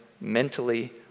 mentally